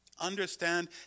Understand